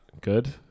good